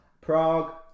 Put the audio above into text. Prague